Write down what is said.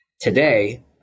Today